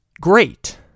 great